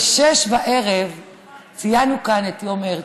לך בחיים לא הייתי מפריע,